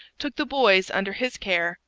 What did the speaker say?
took the boys under his care,